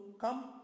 come